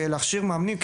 ולהכשיר מאמנים.